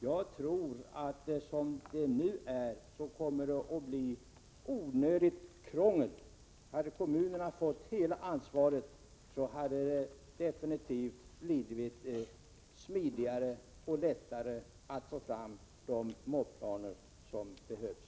Jag tror att det med det föreliggande förslaget kommer att bli onödigt krångel. Hade kommunerna fått hela ansvaret hade det absolut blivit smidigare och lättare att få fram de mobiliseringsplaner som behövs.